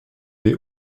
des